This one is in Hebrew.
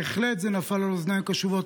בהחלט זה נפל על אוזניים קשובות,